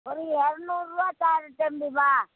ஒரு இரநூறுவா தரேன் தம்பி வா